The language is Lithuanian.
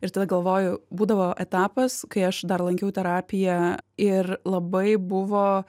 ir tada galvoju būdavo etapas kai aš dar lankiau terapiją ir labai buvo